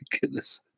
Goodness